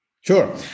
Sure